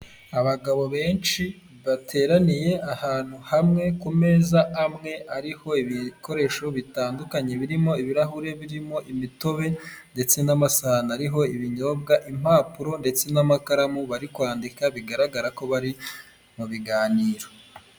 Abagabo benshi bateraniye ahantu hamwe ku meza amwe ariho ibikoresho bitandukanye birimo ibirahuri birimo imitobe ndetse n'amasahani ariho ibinyobwa, impapuro ndetse n'amakaramu bari kwandika bigaragara ko bari mu biganiro.